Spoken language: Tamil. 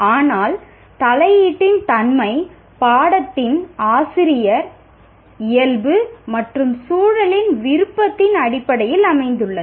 ஆனால் தலையீட்டின் தன்மை பாடத்தின் ஆசிரியர் இயல்பு மற்றும் சூழலின் விருப்பத்தின் அடிப்படையில் அமைந்துள்ளது